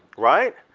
right?